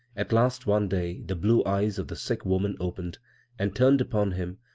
at last one day the blue eyes of the sick woman opened and turned upon him,